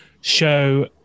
show